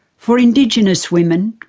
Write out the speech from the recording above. for indigenous women,